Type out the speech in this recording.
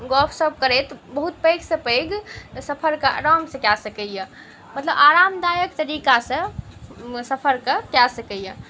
गपशप करैत बहुत पैघसँ पैघ सफरके आरामसँ कऽ सकैए मतलब आरामदायक तरीकासँ सफरके कऽ सकै छै